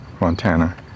Montana